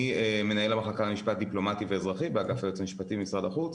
אני מנהל המחלקה למשפט דיפלומטי ואזרחי באגף היועץ המשפטי במשרד החוץ.